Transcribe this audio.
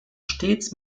stets